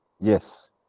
Yes